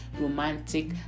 romantic